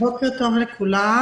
בוקר טוב לכולם.